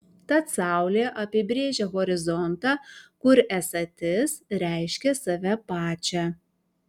tad saulė apibrėžia horizontą kur esatis reiškia save pačią